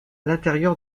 l’intérieur